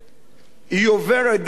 עוברת דרך חוקה,